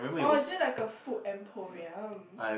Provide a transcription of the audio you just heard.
orh is it like a food emporium